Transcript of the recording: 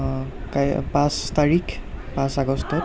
কাই পাঁচ তাৰিখ পাঁচ আগষ্টত